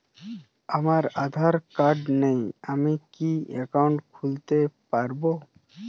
আমার আধার কার্ড নেই আমি কি একাউন্ট খুলতে পারব?